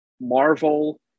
Marvel